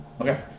Okay